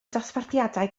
dosbarthiadau